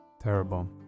Terrible